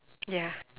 ya